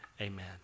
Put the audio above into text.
amen